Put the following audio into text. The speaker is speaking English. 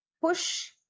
push